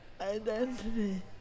identity